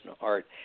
art